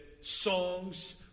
songs